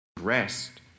Rest